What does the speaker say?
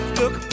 look